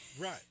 Right